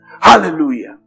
Hallelujah